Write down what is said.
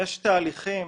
יש תהליכים